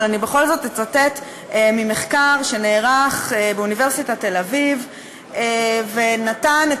אבל אני בכל זאת אצטט ממחקר שנערך באוניברסיטת תל-אביב ונתן את